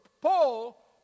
Paul